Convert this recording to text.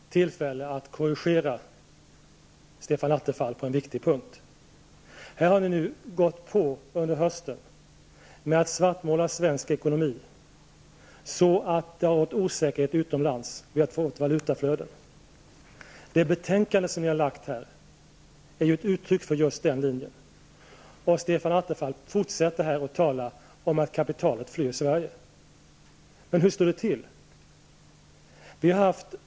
Fru talman! Jag vill passa på tillfället att korrigera Stefan Attefall på en viktig punkt. Under hösten har ni fortsatt att svartmåla svensk ekonomi, och på det viset har det rått osäkerhet utomlands. Dessutom har det varit ett stort valutautflöde. Det betänkande som ni har avgett är ett uttryck för just den linjen. Stefan Attefall fortsätter här att tala om att kapitalet flyr Sverige. Men hur står det egentligen till?